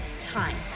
time